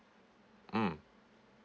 mm